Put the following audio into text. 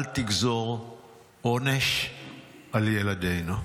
אל תגזור עונש על ילדינו,